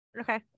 okay